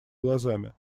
глазами